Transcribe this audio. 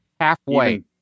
halfway